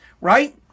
right